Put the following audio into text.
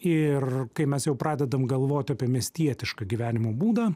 ir kai mes jau pradedam galvoti apie miestietišką gyvenimo būdą